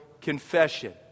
confession